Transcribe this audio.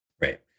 Right